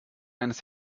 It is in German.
eines